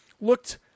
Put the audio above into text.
looked